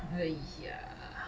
!haiya!